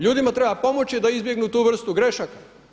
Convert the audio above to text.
Ljudima treba pomoći da izbjegnu tu vrstu grešaka.